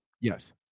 Yes